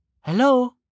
hello